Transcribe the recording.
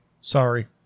Sorry